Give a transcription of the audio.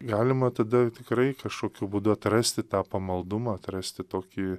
galima tada tikrai kašokiu būdu atrasti tą pamaldumą atrasti tokį